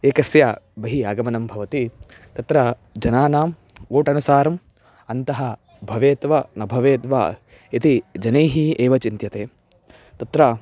एकस्य बहिः आगमनं भवति तत्र जनानां वोट् अनुसारम् अन्तः भवेत् वा न भवेद् वा इति जनैः एव चिन्त्यते तत्र